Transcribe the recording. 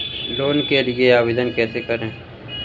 Loan के लिए आवेदन कैसे करें?